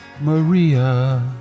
Maria